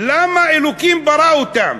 למה אלוקים ברא אותם?